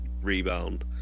rebound